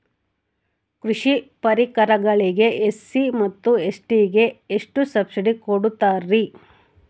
ಕೃಷಿ ಪರಿಕರಗಳಿಗೆ ಎಸ್.ಸಿ ಮತ್ತು ಎಸ್.ಟಿ ಗೆ ಎಷ್ಟು ಸಬ್ಸಿಡಿ ಕೊಡುತ್ತಾರ್ರಿ?